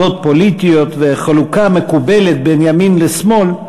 עמדות פוליטיות וחלוקה מקובלת בין ימין לשמאל,